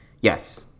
Yes